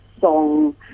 song